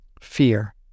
Fear